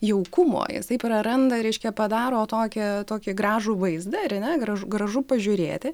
jaukumo jisai praranda reiškia padaro tokią tokį gražų vaizdą ar ne gražu gražu pažiūrėti